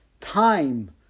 Time